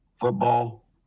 Football